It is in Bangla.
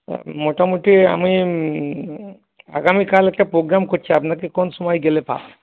মোটামুটি আমি আগামীকাল একটা প্রোগ্রাম করছি আপনাকে কোন সময় গেলে পাবো